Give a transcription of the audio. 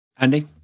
Andy